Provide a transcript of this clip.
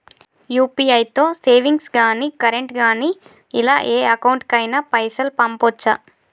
UPI తో savings గాని current గాని ఇలా ఏ అకౌంట్ కైనా పైసల్ పంపొచ్చా?